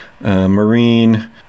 Marine